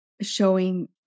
showing